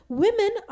women